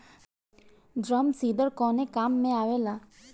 Drum seeder कवने काम में आवेला?